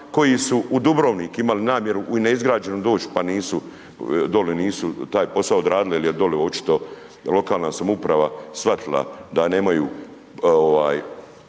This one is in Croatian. koji su u Dubrovnik imali namjeru u neizgrađenom doć pa nisu, dole nisu taj posao odradili jer je dole očito lokalna samouprava shvatila da nemaju